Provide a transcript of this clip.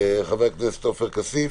חבר הכנסת עופר כסיף.